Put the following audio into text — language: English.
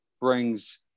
brings